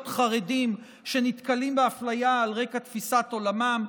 חרדים שנתקלים באפליה על רקע תפיסת עולמם,